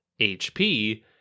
hp